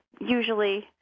usually